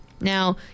Now